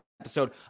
episode